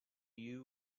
you